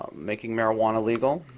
um making marijuana legal.